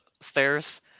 stairs